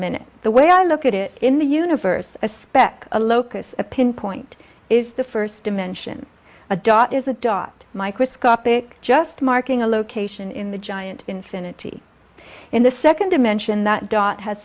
minute the way i look at it in the universe a speck a locus a pin point is the first dimension a dot is a dot microscopic just marking a location in the giant infinity in the second dimension that